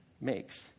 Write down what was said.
makes